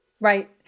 Right